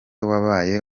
wabaye